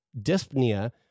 dyspnea